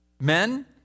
Men